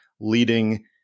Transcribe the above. leading